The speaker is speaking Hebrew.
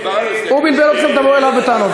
ידידי היקר, הוא בלבל אתכם, תבואו אליו בטענות.